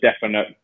definite